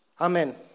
Amen